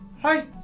Hi